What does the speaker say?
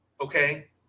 Okay